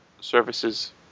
services